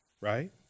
right